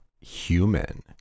human